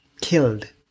killed